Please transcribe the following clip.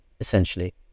essentially